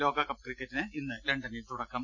ലോകകപ്പ് ക്രിക്കറ്റിന് ഇന്ന് ലണ്ടനിൽ തുടക്കം